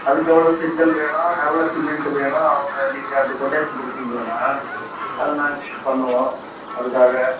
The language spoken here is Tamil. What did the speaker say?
அதற்கு எவ்வளோ செங்கல் வேணும் எவ்வளோ சிமெண்ட் வேணும் அவங்க நீங்கள் அந்த கொட்டேஷன் கொடுத்திங்கள்னா அதை நாங்கள் இது பண்ணுவோம் அதற்காக